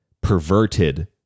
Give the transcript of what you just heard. perverted